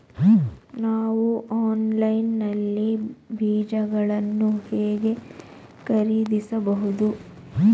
ನಾವು ಆನ್ಲೈನ್ ನಲ್ಲಿ ಬೀಜಗಳನ್ನು ಹೇಗೆ ಖರೀದಿಸಬಹುದು?